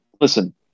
Listen